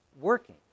working